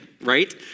right